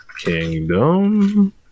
Kingdom